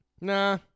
Nah